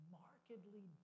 markedly